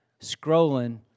scrolling